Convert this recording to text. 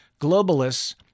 Globalists